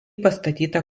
pastatyta